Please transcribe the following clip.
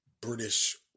British